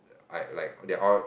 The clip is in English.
I like they're all